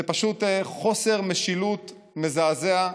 זה פשוט חוסר משילות מזעזע,